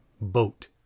boat